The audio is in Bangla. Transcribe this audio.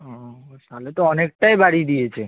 ওস তাহলে তো অনেকটাই বাড়িয়ে দিয়েছে